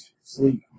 sleep